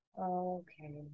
Okay